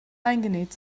eingenäht